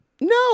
No